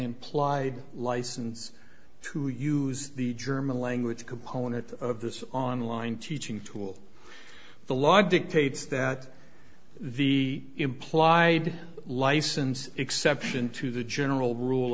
implied license to use the german language component of this online teaching tool the law dictates that the implied license exception to the general rule